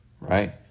right